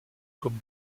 comme